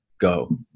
go